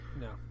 no